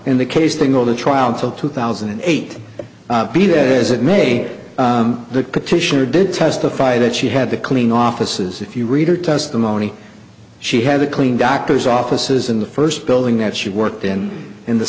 in the case thing all the trial until two thousand and eight be that as it may the petitioner did testify that she had to clean offices if you read her testimony she had to clean doctors offices in the first building that she worked in in the